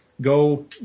go